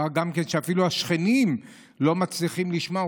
אפילו השכנים לא מצליחים לשמוע,